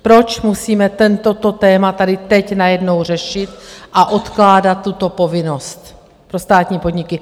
Proč musíme toto téma tady teď najednou řešit a odkládat tuto povinnost pro státní podniky?